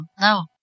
no